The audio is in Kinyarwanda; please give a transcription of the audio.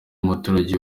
umuturage